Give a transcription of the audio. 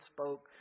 spoke